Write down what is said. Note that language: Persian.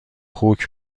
خوک